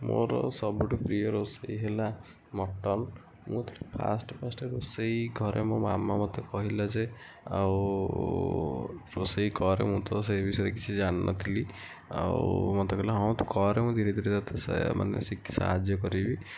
ମୋର ସବୁଠୁ ପ୍ରିୟ ରୋଷେଇ ହେଲା ମଟନ୍ ମୁଁ ଫାଷ୍ଟ୍ ଫାଷ୍ଟ୍ ରୋଷେଇ ଘରେ ମୋ ମାମା ମୋତେ କହିଲେ ଯେ ଆଉ ରୋଷେଇ କରେ ମୁଁ ତ ସେ ବିଷୟରେ କିଛି ଜାଣି ନଥିଲି ଆଉ ମୋତେ କହିଲା ହଁ ତୁ କରେ ମୁଁ ଧିରେ ଧିରେ ତୋତେ ସେ ମାନେ ଶିଖି ସାହାଯ୍ୟ କରିବି